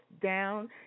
down